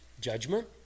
judgment